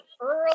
early